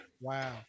Wow